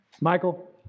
Michael